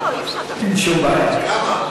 אין שום בעיה.